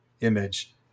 image